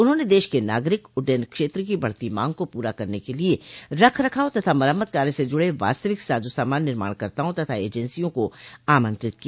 उन्होंने देश के नागरिक उड्यन क्षेत्र की बढ़ती मांग को पूरा करने के लिए रख रखाव तथा मरम्मत कार्य से जुड़े वास्तविक साजो समान निर्माणकर्ताओं तथा एजेंसियों को आमंत्रित किया